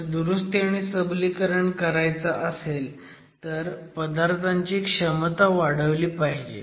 जर दुरुस्ती आणि सबलीकरण करायचं असेल तर पदार्थांची क्षमता वाढवली पाहिजे